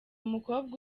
mukobwa